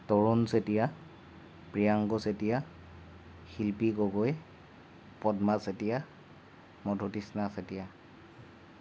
Tarun Chetia Priyanku Chetia Shilpi Gogoi Padma Chetia Madhutrishna Chetia